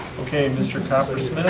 okay, mr. coppersmith